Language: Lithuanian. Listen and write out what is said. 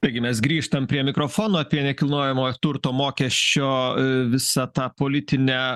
taigi mes grįžtam prie mikrofono apie nekilnojamojo turto mokesčio visą tą politinę